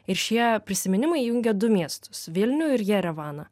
ir šie prisiminimai jungia du miestus vilnių ir jerevaną